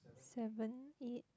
seven eight